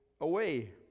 away